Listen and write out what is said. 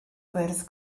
gwyrdd